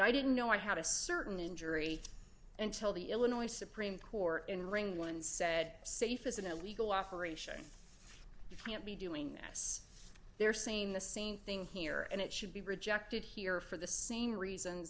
i didn't know i had a certain injury until the illinois supreme court in ring one said safe is an illegal operation you can't be doing this they're saying the same thing here and it should be rejected here for the same reasons